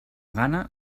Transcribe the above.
gana